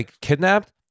kidnapped